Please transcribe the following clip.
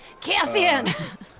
Cassian